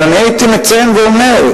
אבל אני הייתי מציין ואומר,